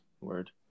Word